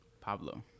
Pablo